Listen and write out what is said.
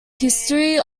history